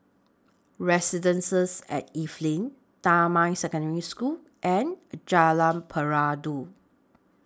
Residences At Evelyn Damai Secondary School and Jalan Peradun